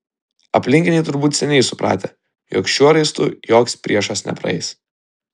aplinkiniai turbūt seniai supratę jog šiuo raistu joks priešas nepraeis